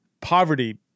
poverty